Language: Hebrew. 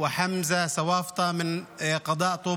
אדוני היושב בראש, חבריי חברי הכנסת,